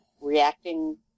reacting